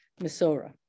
Misora